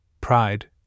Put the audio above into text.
Pride